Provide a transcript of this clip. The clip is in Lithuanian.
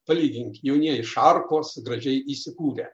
palygink jaunieji šarkos gražiai įsikūrę